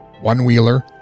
one-wheeler